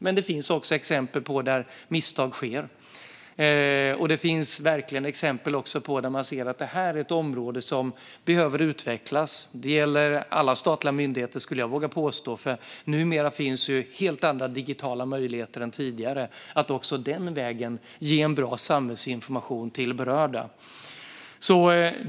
Men det finns exempel där misstag sker. Det finns verkligen också exempel där man ser områden som behöver utvecklas. Det gäller alla statliga myndigheter, vågar jag påstå. Numera finns ju helt andra digitala möjligheter än tidigare för att även den vägen ge bra samhällsinformation till berörda.